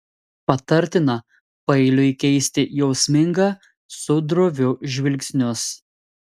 patartina paeiliui keisti jausmingą su droviu žvilgsnius